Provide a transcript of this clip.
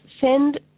Send